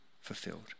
fulfilled